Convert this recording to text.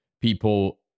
people